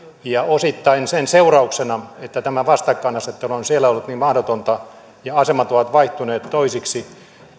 ja osittain sen seurauksena että tämä vastakkainasettelu on siellä ollut niin mahdotonta ja asemat ovat vaihtuneet toisiksi